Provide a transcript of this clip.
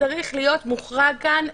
צריך להיות מוחרג כאן,